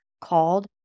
called